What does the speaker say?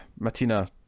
matina